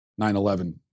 9-11